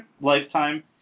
Lifetime